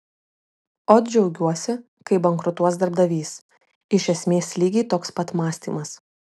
ot džiaugsiuosi kai bankrutuos darbdavys iš esmės lygiai toks pat mąstymas